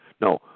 no